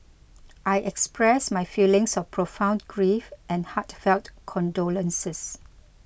I express my feelings of profound grief and heartfelt condolences